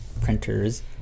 printers